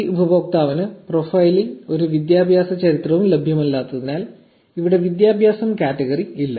ഈ ഉപയോക്താവിന് പ്രൊഫൈലിൽ ഒരു വിദ്യാഭ്യാസ ചരിത്രവും ലഭ്യമല്ലാത്തതിനാൽ ഇവിടെ വിദ്യാഭ്യാസം കാറ്റഗറി ഇല്ല